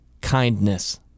kindness